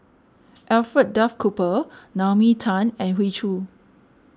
Alfred Duff Cooper Naomi Tan and Hoey Choo